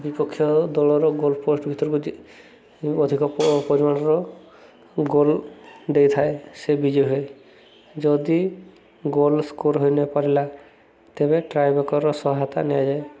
ବିପକ୍ଷ ଦଳର goal post ଭିତରକୁ ଅଧିକ ପରିମାଣର ଗୋଲ୍ ଦେଇଥାଏ ସେ ବିଜୟ ହୁଏ ଯଦି ଗୋଲ୍ ସ୍କୋର୍ ହୋଇ ନପାରିଲା ତେବେ ଟ୍ରଏ ବକର୍ ସହାୟତା ନିଆଯାଏ